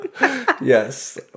Yes